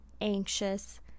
anxious